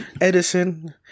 Edison